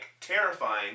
terrifying